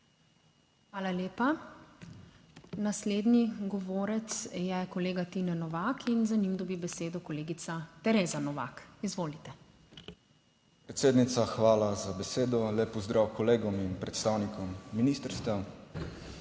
Hvala lepa. Naslednji govorec je kolega Tina Novak in za njim dobi besedo kolegica Tereza Novak. Izvolite. **TINE NOVAK (PS Svoboda):** Predsednica, hvala za besedo. Lep pozdrav kolegom in predstavnikom ministrstev!